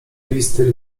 listy